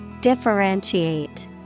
Differentiate